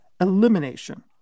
elimination